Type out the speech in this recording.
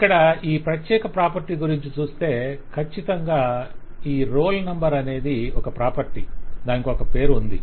ఇక్కడ ఈ ప్రత్యేక ప్రాపర్టీ గురించి చూస్తే కచ్చితంగా ఈ రోల్ నంబర్ అనేది ఒక ప్రాపర్టీ దానికొక పేరు ఉంది